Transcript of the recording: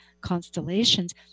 constellations